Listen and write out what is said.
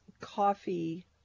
coffee